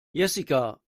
jessica